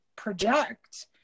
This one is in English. project